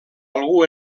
algú